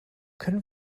können